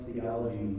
Theology